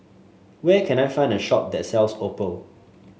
where can I find a shop that sells Oppo